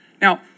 Now